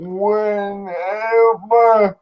whenever